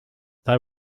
they